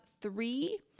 three